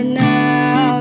now